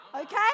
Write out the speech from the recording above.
okay